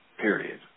period